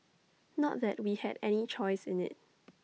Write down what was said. not that we had any choice in IT